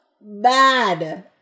bad